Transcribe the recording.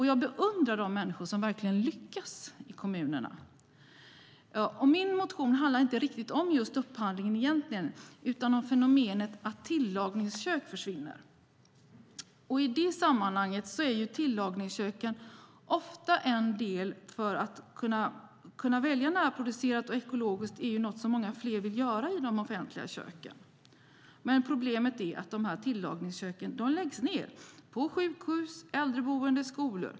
Jag beundrar de människor som verkligen lyckas i kommunerna. Min motion handlar egentligen inte om just upphandlingen utan om fenomenet att tillagningskök försvinner. Att kunna välja närproducerat och ekologiskt är något som många fler vill göra i de offentliga köken, men problemet är att tillagningsköken läggs ned på sjukhus, äldreboenden och skolor.